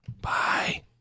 Bye